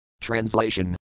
Translation